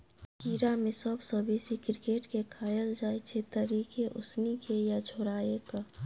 कीड़ा मे सबसँ बेसी क्रिकेट केँ खाएल जाइ छै तरिकेँ, उसनि केँ या झोराए कय